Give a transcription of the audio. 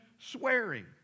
swearing